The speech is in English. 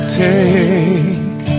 take